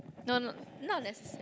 no no not necessarily